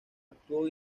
actuó